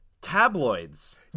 tabloids